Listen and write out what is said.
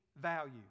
value